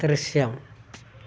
ദൃശ്യം